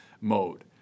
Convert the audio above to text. mode